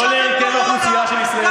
איך בניו זילנד